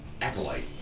acolyte